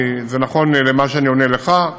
זה נכון ביחס למה שאני עונה לך.